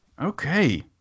Okay